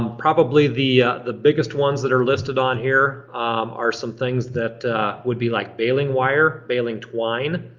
um probably the the biggest ones that are listed on here are some things that would be like bailing wire, bailing twine,